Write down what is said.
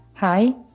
Hi